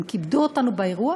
והם כיבדו אותנו באירוע,